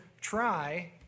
try